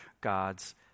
God's